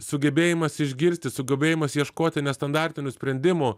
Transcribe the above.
sugebėjimas išgirsti sugebėjimas ieškoti nestandartinių sprendimų